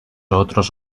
otros